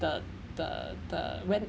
the the the when